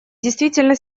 действительно